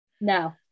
No